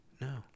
No